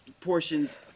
portions